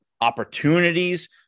opportunities